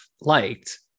liked